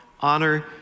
honor